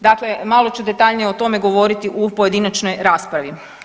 Dakle, malo ću detaljnije o tome govoriti u pojedinačnoj raspravi.